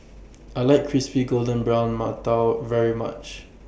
I like Crispy Golden Brown mantou very much